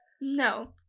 No